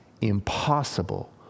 impossible